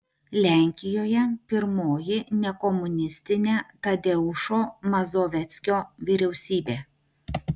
lenkijoje pirmoji nekomunistinė tadeušo mazoveckio vyriausybė